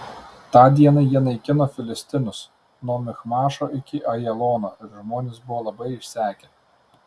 tą dieną jie naikino filistinus nuo michmašo iki ajalono ir žmonės buvo labai išsekę